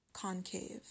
concave